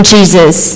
Jesus